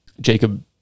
Jacob